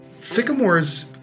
sycamores